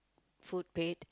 food paid